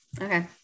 Okay